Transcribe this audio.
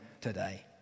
today